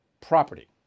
property